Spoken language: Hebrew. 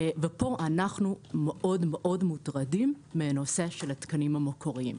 ופה אנחנו מאוד מאוד מוטרדים מהנושא של התקנים המקוריים.